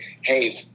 Hey